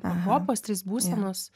pakopos trys būsenos